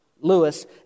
Lewis